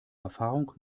erfahrung